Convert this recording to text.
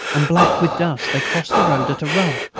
and black with dust, they crossed the road at a run.